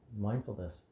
mindfulness